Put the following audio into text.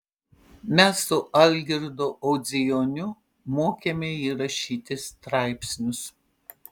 mes su algirdu audzijoniu mokėme jį rašyti straipsnius